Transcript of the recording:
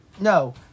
No